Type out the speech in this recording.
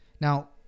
Now